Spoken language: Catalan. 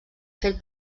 fet